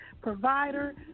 provider